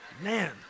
man